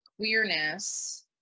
queerness